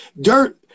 dirt